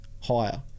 higher